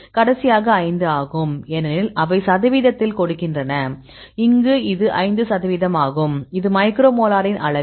கடைசியாக 5 ஆகும் ஏனெனில் அவை சதவீதத்தில் கொடுக்கின்றன இங்கு இது 5 சதவீதமாகும் இது மைக்ரோ மோலரின் அலகு